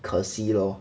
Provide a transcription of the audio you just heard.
可惜 lor